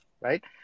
right